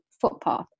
footpath